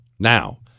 Now